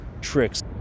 tricks